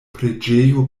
preĝejo